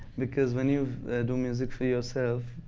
because when you do music for yourself,